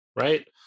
right